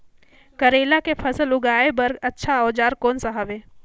करेला के फसल उगाई बार अच्छा औजार कोन सा हवे?